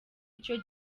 icyo